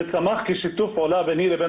זה צמח כשיתוף פעולה ביני לבין